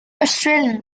australian